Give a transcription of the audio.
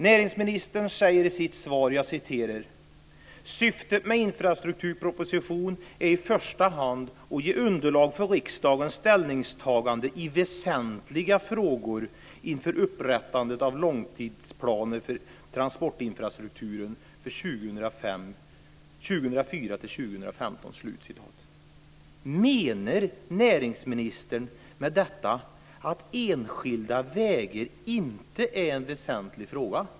Näringsministern säger i sitt svar: "Syftet med infrastrukturpropositionen är i första hand att ge underlag för riksdagens ställningstagande i väsentliga frågor inför upprättandet av långtidsplaner för transportinfrastrukturen för 2004-2015." Menar näringsministern med detta att enskilda vägar inte är en väsentlig fråga?